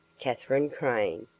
katherine crane,